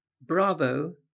Bravo